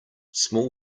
small